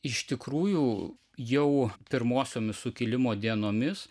iš tikrųjų jau pirmosiomis sukilimo dienomis